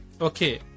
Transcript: okay